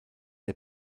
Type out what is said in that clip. der